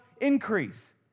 increase